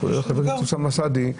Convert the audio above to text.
כולל חבר הכנסת אוסאמה סעדי,